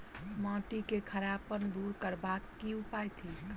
माटि केँ खड़ापन दूर करबाक की उपाय थिक?